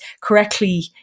correctly